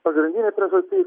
pagrindinė priežastis